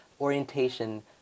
Orientation